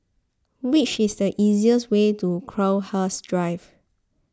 which is the easiest way to Crowhurst Drive